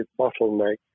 bottleneck